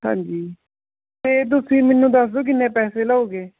ਹਾਂਜੀ ਅਤੇ ਤੁਸੀਂ ਮੈਨੂੰ ਦੱਸ ਦਿਓ ਕਿੰਨੇ ਪੈਸੇ ਲਓਗੇ